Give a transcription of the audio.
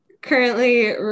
currently